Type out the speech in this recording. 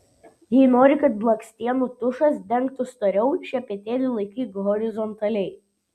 jei nori kad blakstienų tušas dengtų storiau šepetėlį laikyk horizontaliai